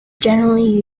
generally